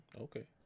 Okay